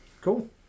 Cool